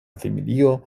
familio